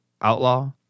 outlaw